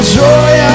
joy